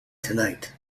tonight